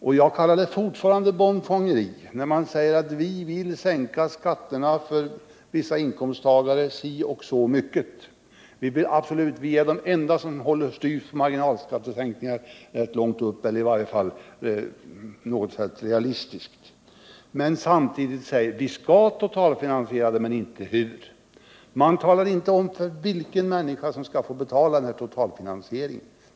Och jag kallar det fortfarande bondfångeri när man säger att man absolut vill sänka skatterna si och så mycket för vissa arbetstagare och att man är ensam om att hålla på marginalskattesänkningar rätt långt uppe —eller där det är realistiskt — men samtidigt säger att man skall totalfinansiera det utan att ange hur det skall gå till. Man talar inte om vem som skall betala denna totalfinansiering.